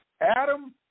Adam